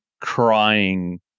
crying